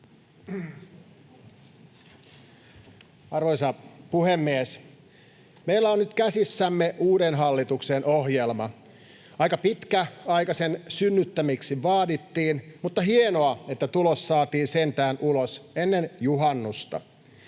Arvoisa puhemies! Meillä on nyt käsissämme uuden hallituksen ohjelma. Aika pitkä aika sen synnyttämiseksi vaadittiin, mutta hienoa, että tulos saatiin sentään ulos ennen juhannusta.